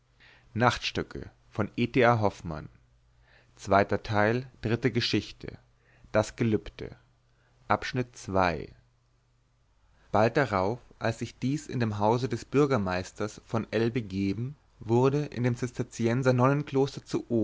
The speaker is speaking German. bald darauf als sich dies in dem hause des bürgermeisters von l begeben wurde in dem zisterzienser